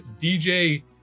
DJ